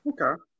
Okay